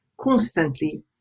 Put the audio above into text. constantly